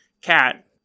Cat